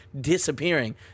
disappearing